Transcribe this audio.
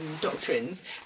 doctrines